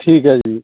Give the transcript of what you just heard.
ਠੀਕ ਹੈ ਜੀ